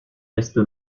veste